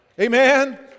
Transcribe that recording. Amen